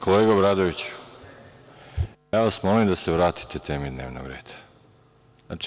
Kolega Obradoviću, ja vas molim da se vratite temi dnevnog reda.